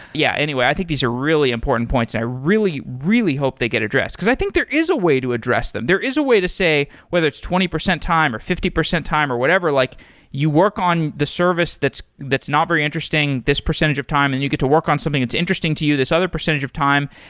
yeah, anyway, i think these are really important points and i really, really hope they get addressed, because i think there is a way to address them. there is a way to say whether it's twenty percent time or fifty percent time or whatever. like you work on the service that's that's not very interesting this percentage of time and you get to work on something that's interesting to you this other percentage of time,